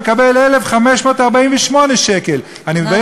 מקבל 1,548 שקל.